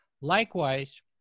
Likewise